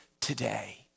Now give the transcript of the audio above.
today